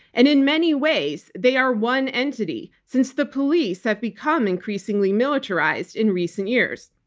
and in many ways they are one entity since the police have become increasingly militarized in recent years.